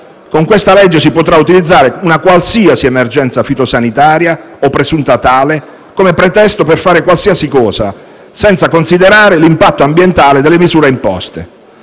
provvedimento si potrà utilizzare qualunque emergenza fitosanitaria (o presunta tale) come pretesto per fare qualsiasi cosa, senza considerare l'impatto ambientale delle misure imposte;